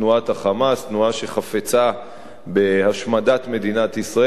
ה"חמאס" תנועה שחפצה בהשמדת מדינת ישראל,